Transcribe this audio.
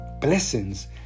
blessings